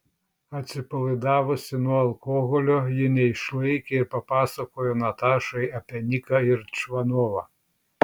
atsipalaidavusi nuo alkoholio ji neišlaikė ir papasakojo natašai apie niką ir čvanovą